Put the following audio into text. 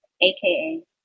aka